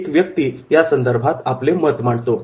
एक व्यक्ती यासंदर्भात आपले मत मांडतो